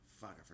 fuck